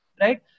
right